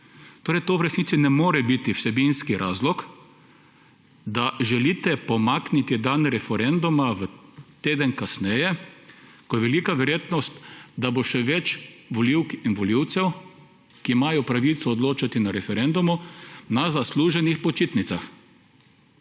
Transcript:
to v resnici ne more biti vsebinski razlog, da želite pomakniti dan referenduma v teden kasneje, ko je velika verjetnost, da bo še več volivk in volivcev, ki imajo pravico odločati na referendumu, na zasluženih počitnicah.